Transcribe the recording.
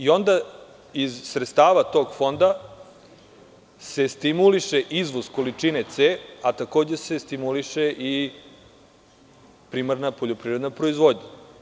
Onda iz sredstava tog fonda se stimuliše izvoz količine C, a takođe se stimuliše i primarna poljoprivredna proizvodnja.